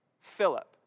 Philip